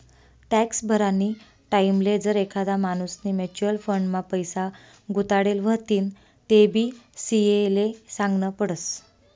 tax भरानी टाईमले जर एखादा माणूसनी म्युच्युअल फंड मा पैसा गुताडेल व्हतीन तेबी सी.ए ले सागनं पडस